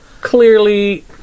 clearly